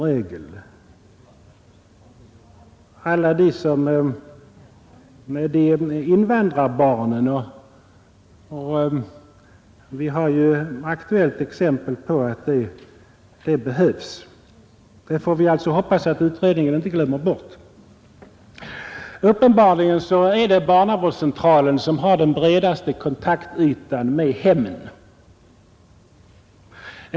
Det gäller alltså alla invandrarbarnen, och vi har ju ett aktuellt exempel på att en sådan kontroll behövs. Det får vi alltså hoppas att utredningen inte glömmer bort. Uppenbarligen är det barnavårdscentralen som har den bredaste kontaktytan med hemmen.